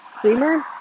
creamer